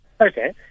Okay